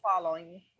following